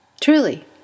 Truly